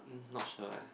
um not sure eh